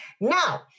Now